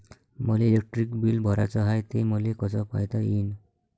मले electric bill भराचं हाय, ते मले कस पायता येईन?